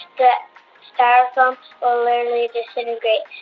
the styrofoam will literally disintegrate.